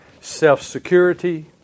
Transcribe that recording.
self-security